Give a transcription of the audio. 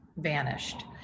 vanished